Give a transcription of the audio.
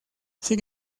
sin